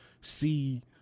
see